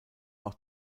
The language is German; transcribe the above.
auch